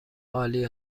عالی